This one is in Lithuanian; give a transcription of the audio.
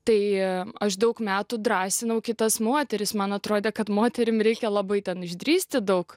tai aš daug metų drąsinau kitas moteris man atrodė kad moterims reikia labai ten išdrįsti daug